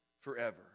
forever